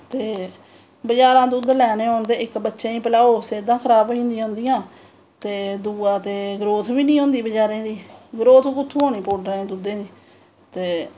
बज़ारा दा दुद्ध लैन्ने होन्ने ते इक बच्चें गी पलैओ सेह्दां खराब होई जंदियां उंदियां ते दुआ ते ग्रोथ बी नी होंदी बचैरें दी ग्रोथ कुत्थुआं दा होनीं पौडरा दे दुध्दा नै ते